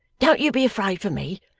don't you be afraid for me.